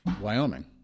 Wyoming